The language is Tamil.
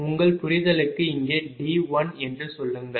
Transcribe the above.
உங்கள் புரிதலுக்கு இங்கே D 1 என்று சொல்லுங்கள்